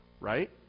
Right